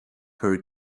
her